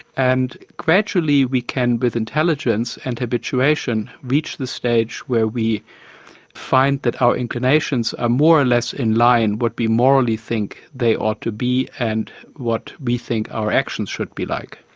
and gradually we can, with intelligence and habituation, reach the stage where we find that our inclinations are more or less in line what we morally think they ought to be, and what we think our actions should be like.